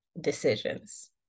decisions